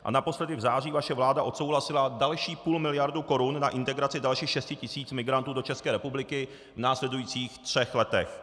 A naposledy v září vaše vláda odsouhlasila další půlmiliardu korun na integraci dalších šesti tisíc migrantů do České republiky v následujících třech letech.